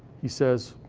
he says,